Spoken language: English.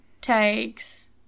takes